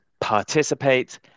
participate